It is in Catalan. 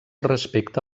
respecte